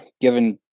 given